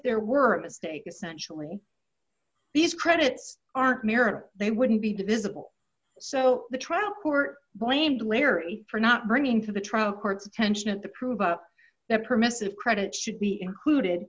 there were a mistake essentially these credits aren't merit they wouldn't be visible so the trial court blamed larry for not bringing to the trial court's attention at the proof that permissive credit should be included